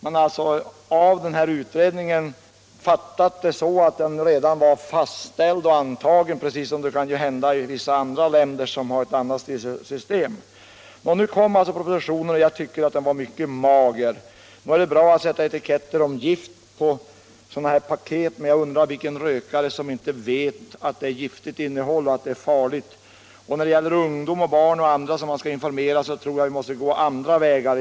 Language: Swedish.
Man hade alltså i Sovjet fattat den här utredningens förslag så, att det redan var fastställt och antaget av riksdagen — något som kan hända i vissa andra länder med ett annat styrelsesystem än vårt. Nu har alltså propositionen kommit, men jag tycker att den är mycket mager. Nog är det bra att sätta etiketter med beteckningen ”Gift” på paket som innehåller tobaksvaror, men jag undrar vilken rökare som inte redan vet att innehållet är giftigt och farligt, och när det gäller barn och ungdomar och andra kategorier som bör informeras om detta tror jag att man bör gå fram på andra vägar.